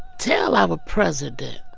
tell our president.